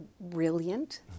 brilliant